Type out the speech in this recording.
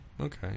Okay